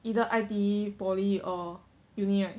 either I_T_E poly or uni right